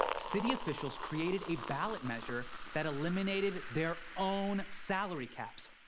city officials created a ballot measure that eliminated their own salary caps.